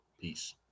Peace